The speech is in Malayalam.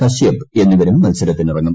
കശ്യപ് എന്നിവരും മത്സരത്തിനിറങ്ങും